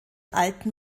alten